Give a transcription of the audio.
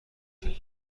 کرده